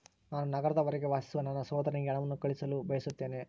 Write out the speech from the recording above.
ನಾನು ನಗರದ ಹೊರಗೆ ವಾಸಿಸುವ ನನ್ನ ಸಹೋದರನಿಗೆ ಹಣವನ್ನು ಕಳುಹಿಸಲು ಬಯಸುತ್ತೇನೆ